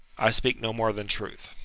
i speak no more than truth.